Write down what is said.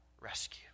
rescue